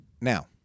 Now